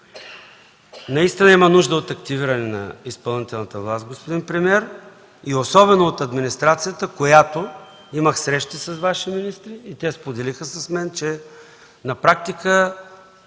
Наистина има нужда от активиране на изпълнителната власт, господин премиер, и особено на администрацията. Имах среща с Ваши министри и те споделиха с мен, че на практика